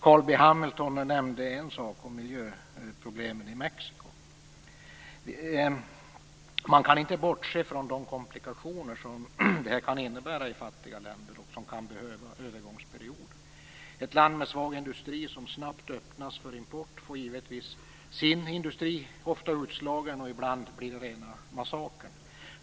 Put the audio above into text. Carl B Hamilton nämnde miljöproblemen i Mexiko. Man kan inte bortse från de komplikationer som kan uppstå i fattiga länder, där man kan behöva övergångsperioder. Ett land med svag industri som snabbt öppnas för import får givetvis ofta sin industri utslagen. Ibland blir det rena massakern.